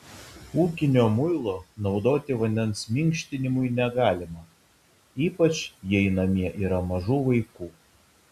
ūkinio muilo naudoti vandens minkštinimui negalima ypač jei namie yra mažų vaikų